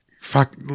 fuck